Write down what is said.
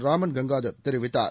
ராமன் கங்காதார் தெரிவித்தார்